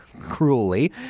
cruelly